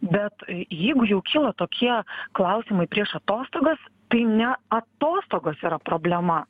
bet jeigu jau kyla tokie klausimai prieš atostogas tai ne atostogos yra problema